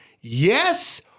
Yes